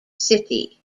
city